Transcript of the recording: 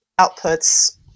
outputs